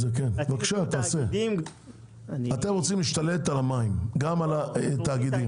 אתם רוצים להשתלט על המים, גם על התאגידים.